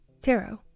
Tarot